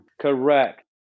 Correct